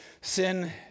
sin